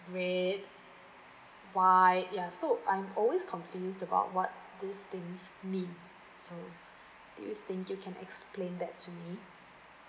red white yeah so I'm always confused about what these things mean so do you think you can explain that to me